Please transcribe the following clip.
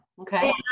Okay